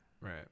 right